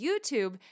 YouTube